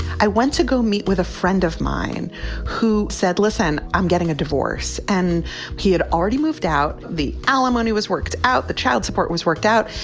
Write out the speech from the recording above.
i went to go meet with a friend of mine who said, listen, i'm getting a divorce. and he had already moved out. the alimony was worked out. the child support was worked out.